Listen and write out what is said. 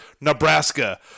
Nebraska